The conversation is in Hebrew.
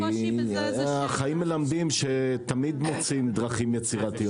כי החיים מלמדים שתמיד מוצאים דרכים יצירתיות.